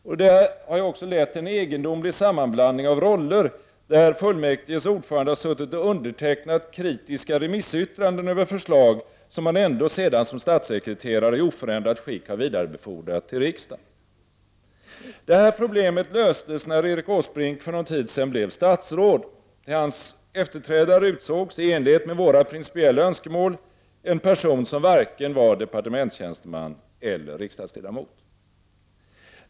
Detta har lett till en egendomlig sammanblandning av roller, där fullmäktiges ordförande har suttit och undertecknat kritiska remissyttranden över förslag som han ändå sedan som statssekreterare i oförändrat skick har vidarebefordrat till riksdagen. Problemet löstes när Erik Åsbrink för någon tid sedan blev statsråd. Till hans efterträdare utsågs, i enlighet med våra principiella önskemål, en person som varken var departementstjänsteman eller riksdagsledamot.